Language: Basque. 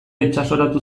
itsasoratu